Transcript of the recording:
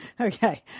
okay